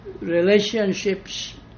relationships